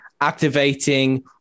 activating